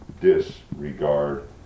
disregard